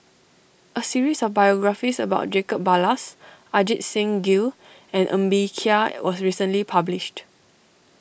a series of biographies about Jacob Ballas Ajit Singh Gill and Ng Bee Kia was recently published